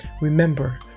Remember